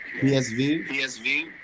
psv